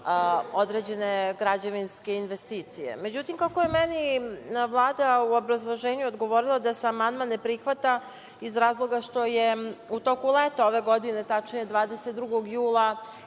određene građevinske investicije. Međutim, kako je meni Vlada u obrazloženju odgovorila da se amandman ne prihvata iz razloga što je u toku leta ove godine, tačnije 22. jula,